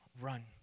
run